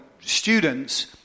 students